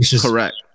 Correct